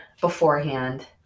beforehand